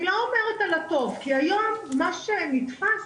אני לא מדברת על הטוב, כי היום מה שנתפס,